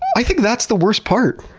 i think that's the worst part.